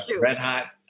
red-hot